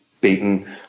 beaten